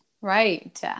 Right